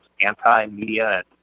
anti-media